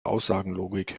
aussagenlogik